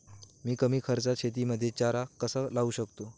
मी कमी खर्चात शेतीमध्ये चारा कसा लावू शकतो?